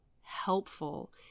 helpful